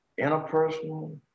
interpersonal